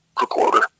recorder